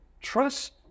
Trust